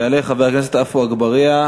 יעלה חבר הכנסת עפו אגבאריה,